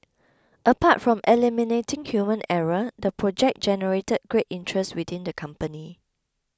apart from eliminating human error the project generated great interest within the company